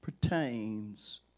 pertains